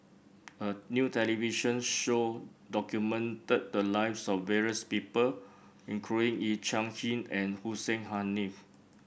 a new television show documented the lives of various people including Yee Chia Hsing and Hussein Haniff